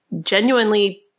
genuinely